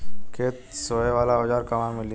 खेत सोहे वाला औज़ार कहवा मिली?